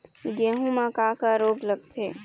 गेहूं म का का रोग लगथे?